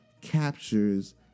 captures